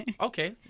okay